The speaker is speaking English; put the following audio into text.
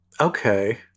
Okay